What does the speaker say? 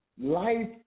life